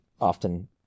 often